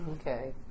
okay